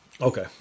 Okay